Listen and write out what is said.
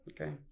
Okay